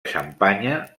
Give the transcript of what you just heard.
xampanya